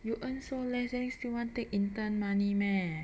you earn so less then you still want take intern money meh